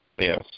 Yes